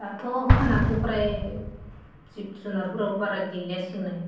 दाथ' खोनानायवथ' फ्राय जिब जुनारफोराबो बारा गैलियासनो